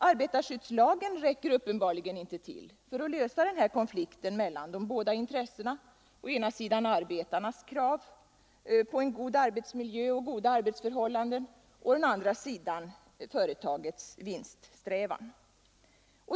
Arbetarskyddslagen räcker uppenbarligen inte till för att lösa konflikten mellan de båda intressena — å ena sidan arbetarnas krav på god arbetsmiljö och goda arbetsförhållanden, å andra sidan företagets vinststrävan.